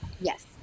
Yes